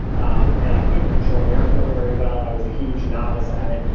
um and i couldn't control air flow very well. i was a huge novice at it.